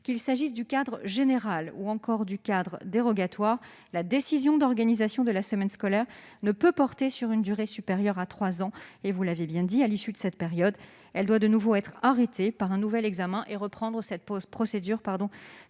Qu'il s'agisse du cadre général ou du cadre dérogatoire, la décision d'organisation de la semaine scolaire ne peut porter sur une durée supérieure à trois ans. À l'issue de cette période, elle doit de nouveau être arrêtée après un nouvel examen en respectant la même procédure.